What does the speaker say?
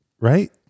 Right